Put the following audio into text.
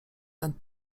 ten